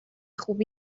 خوب